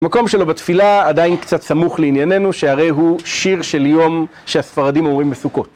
המקום שלו בתפילה עדיין קצת סמוך לענייננו, שהרי הוא שיר של יום שהספרדים אומרים בסוכות.